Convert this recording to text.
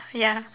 ya